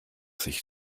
sich